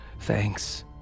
Thanks